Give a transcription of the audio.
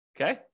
Okay